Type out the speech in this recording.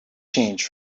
change